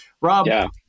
Rob